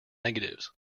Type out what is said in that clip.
negatives